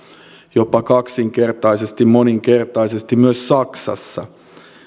jopa kaksinkertaisesti moninkertaisesti myös saksassa